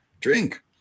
Drink